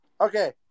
Okay